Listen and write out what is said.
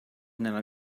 nella